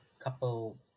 couple